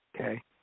Okay